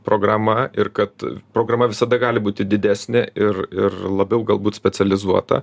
programa ir kad programa visada gali būti didesnė ir ir labiau galbūt specializuota